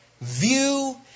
view